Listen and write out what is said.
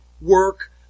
work